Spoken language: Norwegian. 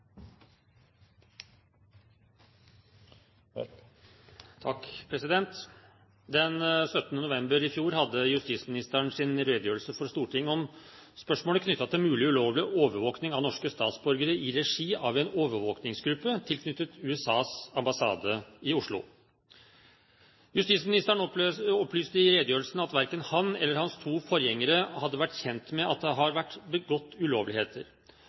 november i fjor hadde justisministeren sin redegjørelse for Stortinget om spørsmålet knyttet til mulig ulovlig overvåkning av norske statsborgere i regi av en observasjonsgruppe tilknyttet USAs ambassade i Oslo. Justisministeren opplyste i redegjørelsen at verken han eller hans to forgjengere hadde vært kjent med at det har vært begått ulovligheter,